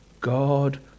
God